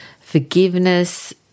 forgiveness